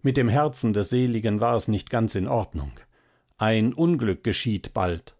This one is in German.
mit dem herzen des seligen war es nicht ganz in ordnung ein unglück geschieht bald